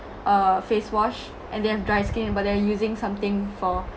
uh face wash and they have dry skin but they're using something for